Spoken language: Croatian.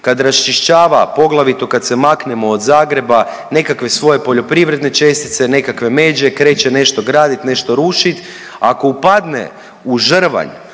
kad raščišćava, poglavito kad se maknemo od Zagreba, nekakve svoje poljoprivredne čestice, nekakve međe, kreće nešto graditi, nešto rušiti, ako upadne u žrvanj